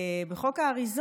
לא.